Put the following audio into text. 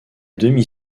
demi